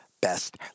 best